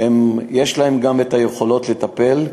יש להם גם את היכולות לטפל,